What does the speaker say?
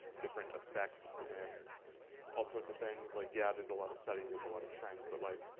different effects, and all sorts of things, like, yeah, there's a lot of studies. there's a lot of trends. but, like,